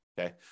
okay